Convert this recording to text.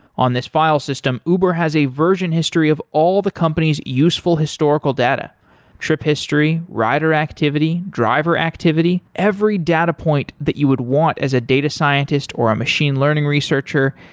on this file system, uber has a version history of all the company's useful historical data trip history, rider activity, driver activity, every data point that you would want as a data scientist, or a machine learning researcher,